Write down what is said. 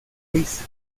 luis